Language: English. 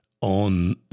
on